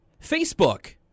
Facebook